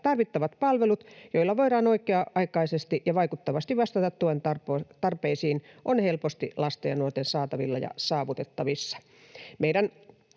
tarvittavat palvelut, joilla voidaan oikea-aikaisesti ja vaikuttavasti vastata tuen tarpeisiin, ovat helposti lasten ja nuorten saatavilla ja saavutettavissa.